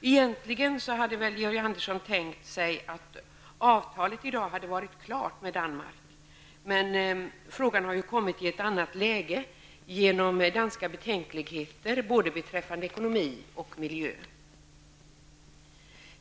Egentligen hade väl Georg Andersson tänkt sig att avtalet i dag skulle ha varit klart med Danmark, men frågan har ju kommit i ett annat läge genom danska betänkligheter, både beträffande ekonomi och beträffande miljö.